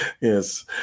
Yes